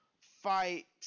fight